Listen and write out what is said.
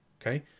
okay